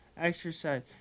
exercise